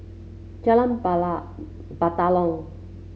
Jalan Bala Batalong